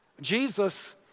Jesus